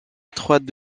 étroite